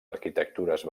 arquitectures